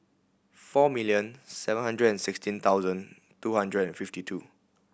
four million seven hundred and sixteen thousand two hundred and fifty two